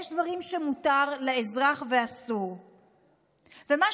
יש דברים שלאזרח מותר ואסור.